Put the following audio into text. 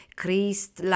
Christ